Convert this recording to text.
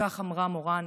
כך אמרה מורן